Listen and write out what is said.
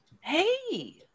Hey